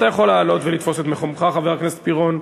אתה יכול לעלות ולתפוס את מקומך, חבר הכנסת פירון.